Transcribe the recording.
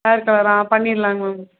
hair கலரா பண்ணிரலாங்க ma'am